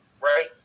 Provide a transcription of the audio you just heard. right